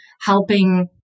helping